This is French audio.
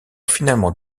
finalement